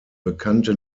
bekannte